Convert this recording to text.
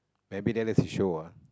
maybe there doesn't show ah